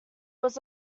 was